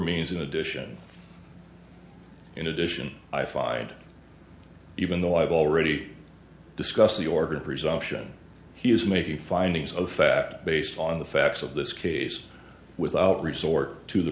means in addition in addition i fide even though i've already discussed the orbit presumption he is making findings of fact based on the facts of this case without resort to the